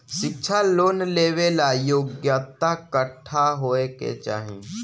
शिक्षा लोन लेवेला योग्यता कट्ठा होए के चाहीं?